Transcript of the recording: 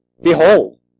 Behold